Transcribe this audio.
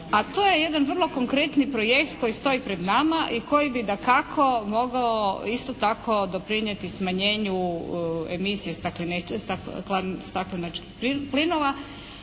a to je jedan vrlo konkretni projekt koji stoji pred nama i koji bi dakako mogao isto tako doprinijeti smanjenju emisije stakleničkih plinova